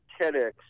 TEDx